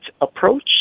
approach